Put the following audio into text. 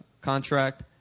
contract